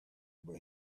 but